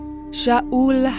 Sha'ul